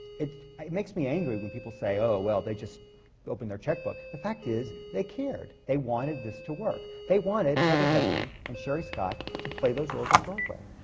it it makes me angry when people say, oh, well, they just opened their checkbook! the fact is, they cared. they wanted this to work. they wanted heather headley and sherie scott to play those roles on broadway.